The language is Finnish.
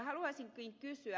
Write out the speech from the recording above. haluaisinkin kysyä